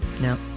No